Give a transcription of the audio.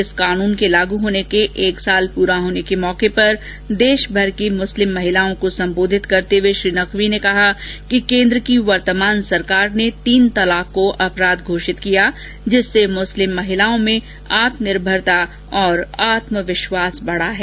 इस कानून के लागू होने के एक साल पूरा होने के मौके पर देश भर की मुस्लिम महिलाओं को संबोधित करते हुए श्री नकवी ने कहा कि केन्द्र की वर्तमान सरकार ने तीन तलाक को अपराध घोषित किया जिससे मुस्लिम महिलाओं में आत्मनिर्भरता और आत्मविश्वास बढ़ा है